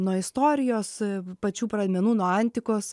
nuo istorijos pačių pradmenų nuo antikos